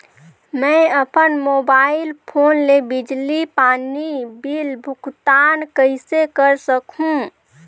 मैं अपन mobile phone ले बिजली पानी बिल भुगतान कइसे कर सकहुं?